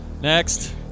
Next